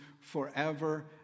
forever